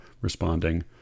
responding